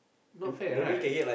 not fair right